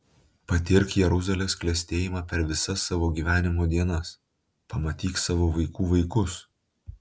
patirk jeruzalės klestėjimą per visas savo gyvenimo dienas pamatyk savo vaikų vaikus